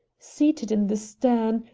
seated in the stern,